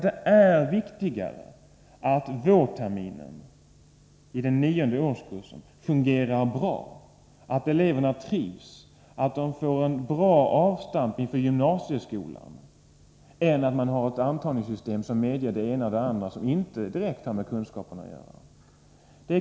Det är viktigare att vårterminen i nionde årskursen fungerar bra, att eleverna trivs och att de får ett bra avstamp inför gymnasieskolan än att man har ett intagningssystem som medger det ena och det andra som inte direkt har med kunskaperna att göra.